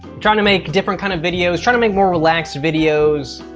trying to make different kind of videos. trying to make more relaxed videos,